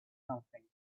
something